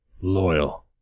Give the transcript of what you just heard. loyal